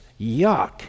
Yuck